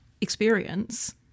experience